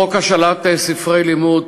חוק השאלת ספרי לימוד,